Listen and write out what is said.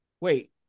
wait